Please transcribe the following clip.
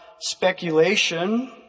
speculation